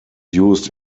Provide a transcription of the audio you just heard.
used